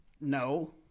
No